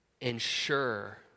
ensure